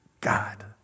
God